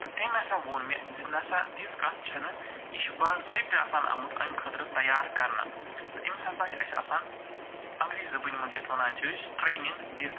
تہٕ تٔمۍ ہسا ووٚن مےٚ زِ نہ سا تِژھ کَتھ چھَنہٕ یہِ چھِ باضٲبطہٕ آسان آمُت اَمہِ خٲطرٕ تیار کرنہٕ تہٕ أمِس ہسا چھِ اَسہِ آسان اَنگریٖزۍ زبانہِ منٛز یَتھ وَنان چھِ أسۍ ٹرٛینِنٛگ دِتھ